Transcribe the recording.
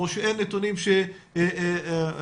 מה שמשאיר מאות-אלפים בלי אותה הבטחה שהחוק הבטיח